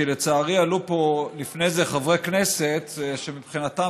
כי לצערי עלו פה לפני זה חברי כנסת שמבחינתם